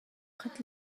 khat